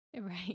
Right